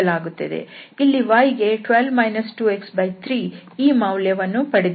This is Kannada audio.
ಇಲ್ಲಿ y ಗೆ 12 2x3 ಈ ಮೌಲ್ಯವನ್ನು ಪಡೆದಿದ್ದೇವೆ